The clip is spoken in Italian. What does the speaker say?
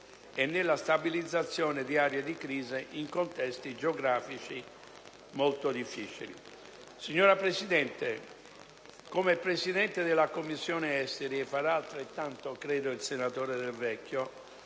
e nella stabilizzazione di aree di crisi in contesti geografici molto difficili. Signora Presidente, come Presidente della 3a Commissione permanente - credo che farà altrettanto il senatore Del Vecchio